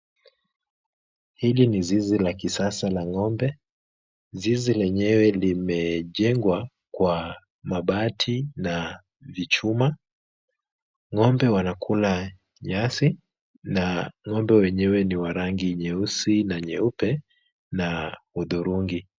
Hili ni zizi la kisasa la ng'ombe. Zizi lenyewe limejengwa kwa mabati na chuma. Ng'ombe wanakula nyasi na ng'ombe wenyewe ni wa rangi nyeusi na nyeupe na hudhurungi.